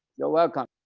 you're welcomed.